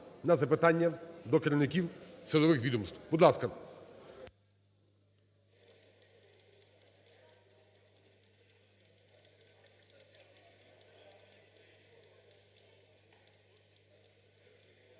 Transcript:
на запитання до керівників силових відомств, будь ласка.